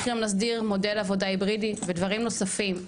צריך גם להסדיר מודל עבודה היברידי ודברים נוספים.